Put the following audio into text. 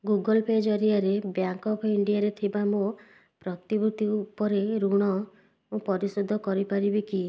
Google Pay ଜରିଆରେ bank of ଇଣ୍ଡିଆରେ ଥିବା ମୋ ପ୍ରତିଭୂତି ଉପରେ ଋଣ ମୁଁ ପରିଶୋଧ କରିପାରିବି କି